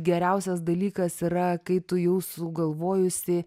geriausias dalykas yra kai tu jau sugalvojusi